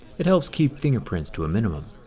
it helps keep fingerprints to a minimum.